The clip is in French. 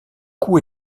cou